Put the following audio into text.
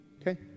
Okay